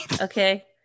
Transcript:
Okay